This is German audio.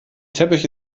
teppich